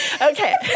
Okay